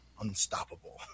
unstoppable